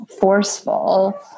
forceful